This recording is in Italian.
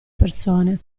persone